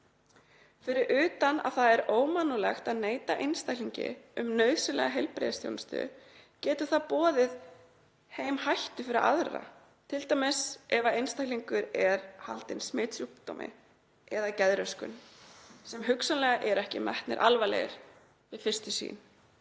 Fyrir utan það að það er ómannúðlegt að neita einstaklingi um nauðsynlega heilbrigðisþjónustu getur það boðið heim hættu fyrir aðra ef t.d. einstaklingur er haldinn smitsjúkdómi eða geðröskun sem hugsanlega eru ekki metnir alvarlegir við fyrstu sýn.